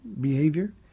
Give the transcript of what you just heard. behavior